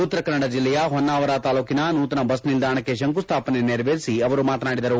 ಉತ್ತರ ಕನ್ನಡ ಜಿಲ್ಲೆಯ ಹೊನ್ನಾವರ ತಾಲೂಕಿನ ನೂತನ ಬಸ್ ನಿಲ್ದಾಣಕ್ಕೆ ಶಂಖುಸ್ಠಾಪನೆ ನೆರವೇರಿಸಿ ಅವರು ಮಾತನಾಡಿದರು